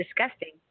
Disgusting